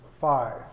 five